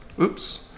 oops